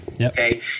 okay